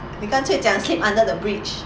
你干脆讲住 under the bridge